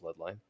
bloodline